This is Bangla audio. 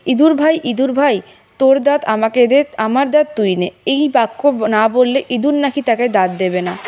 ইঁদুর ভাই ইঁদুর ভাই তোর দাঁত আমাকে দে আমার দাঁত তুই নে এই বাক্য না বললে ইঁদুর নাকি তাকে দাঁত দেবে না